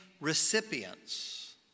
recipients